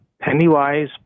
penny-wise